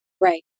Right